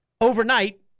overnight